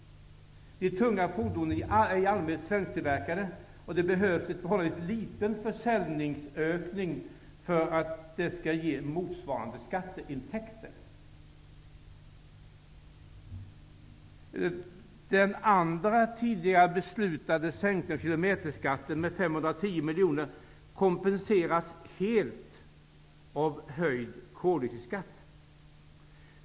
De tunga fordonen är i allmänhet svensktillverkade, och det behövs en förhållandevis liten försäljningsökning för att motsvarande skatteintäkter skall uppstå. Den andra tidigare beslutade sänkningen av kilometerskatten med 510 miljoner kompenseras helt av höjd koldioxidskatt.